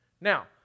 Now